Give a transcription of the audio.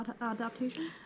adaptation